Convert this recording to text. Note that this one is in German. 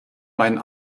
meinen